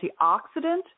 antioxidant